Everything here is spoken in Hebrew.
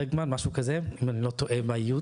משהו כזה אם אני לא טועה באיות.